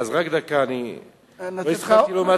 אז רק דקה, אני לא הספקתי לומר שום דבר.